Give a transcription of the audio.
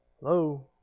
Hello